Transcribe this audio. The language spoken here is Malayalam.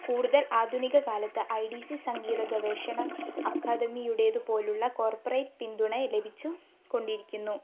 കൂടുതൽ ആധുനികക്കാലത്ത് ഐ ഡി സി സംഗീതഗവേഷണ അക്കാദമിയുടേതുപ്പോലുള്ള കോർപ്പറേറ്റ് പിന്തുണയും ലഭിച്ചു കൊണ്ടിരിക്കുന്നു